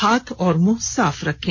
हाथ और मुंह साफ रखें